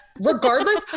regardless